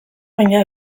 baina